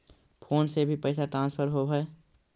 Phone से भी पैसा ट्रांसफर होवहै?